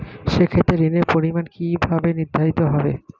সে ক্ষেত্রে ঋণের পরিমাণ কিভাবে নির্ধারিত হবে?